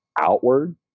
outward